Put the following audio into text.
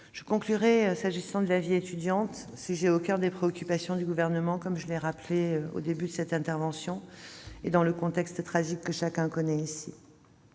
S'agissant de la vie étudiante, sujet au coeur des préoccupations du Gouvernement, comme je l'ai rappelé au début de mon intervention, et dans le contexte tragique que chacun connaît ici,